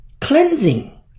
cleansing